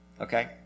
okay